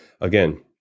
again